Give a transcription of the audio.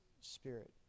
spirit